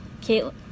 Caitlin